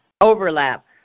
Overlap